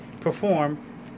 perform